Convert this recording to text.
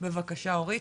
בבקשה אורית.